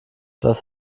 das